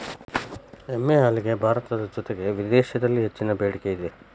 ಎಮ್ಮೆ ಹಾಲಿಗೆ ಭಾರತದ ಜೊತೆಗೆ ವಿದೇಶಿದಲ್ಲಿ ಹೆಚ್ಚಿನ ಬೆಡಿಕೆ ಇದೆ